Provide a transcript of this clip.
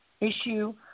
issue